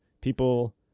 people